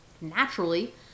naturally